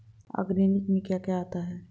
Organic में क्या क्या आता है?